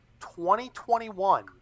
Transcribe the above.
2021